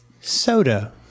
soda